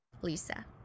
Lisa